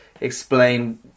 explain